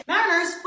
Mariners